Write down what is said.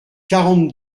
quarante